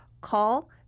call